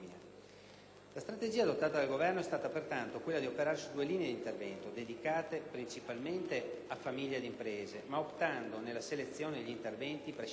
La strategia adottata dal Governo è stata, pertanto, quella di operare su due linee di intervento, dedicate, principalmente, a famiglie ed imprese, ma optando, nella selezione degli interventi prescelti,